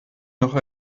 noch